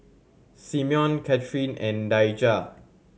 Simeon Cathrine and Daija